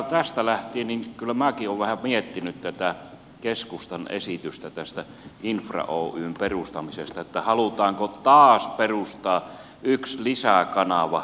tästä lähtien kyllä minäkin olen vähän miettinyt tätä keskustan esitystä infra oyn perustamisesta että halutaanko taas perustaa yksi lisäkanava